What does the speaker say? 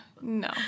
no